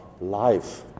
life